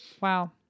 Wow